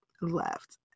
left